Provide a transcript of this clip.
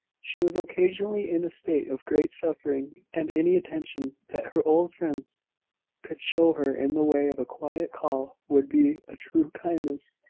she was occasionally in a state of great suffering, and any attention that her old friends could show her in the way of a quiet call would be a true kindness.